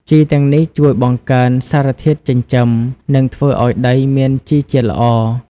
ជីទាំងនេះជួយបង្កើនសារធាតុចិញ្ចឹម និងធ្វើឲ្យដីមានជីជាតិល្អ។